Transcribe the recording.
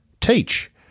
teach